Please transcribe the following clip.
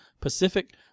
Pacific